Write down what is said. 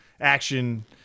action